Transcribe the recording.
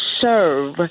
serve